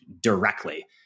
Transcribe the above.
directly